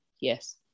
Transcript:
Yes